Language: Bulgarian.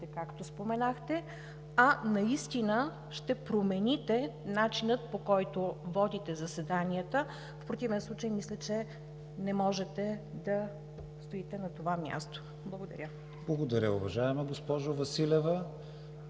както споменахте, а наистина ще промените начина, по който водите заседанията. В противен случай мисля, че не можете да стоите на това място. Благодаря. ПРЕДСЕДАТЕЛ КРИСТИАН ВИГЕНИН: Благодаря, уважаема госпожо Василева.